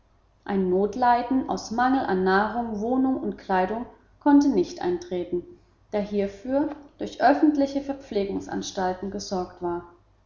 ein notleiden aus mangel an nahrung wohnung und kleidung konnte nicht eintreten da hierfür durch öffentliche verpflegungsanstalten gesorgt war